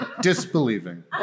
Disbelieving